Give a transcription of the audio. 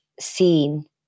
seen